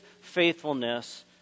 faithfulness